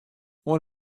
oan